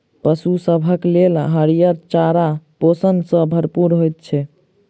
पशु सभक लेल हरियर चारा पोषण सॅ भरपूर होइत छै